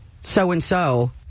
so-and-so